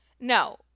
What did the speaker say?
No